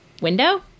window